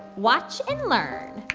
watch and learn